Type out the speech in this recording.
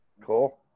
Cool